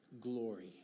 glory